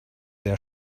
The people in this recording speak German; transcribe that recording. der